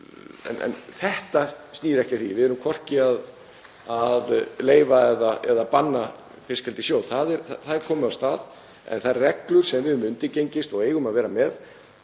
En þetta snýr ekki að því. Við erum hvorki að leyfa né banna fiskeldi í sjó. Það er komið af stað. En þær reglur sem við höfum undirgengist og eigum að vera með